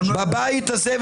בבית הזה,